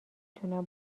تونم